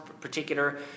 particular